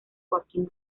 joaquim